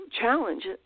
challenge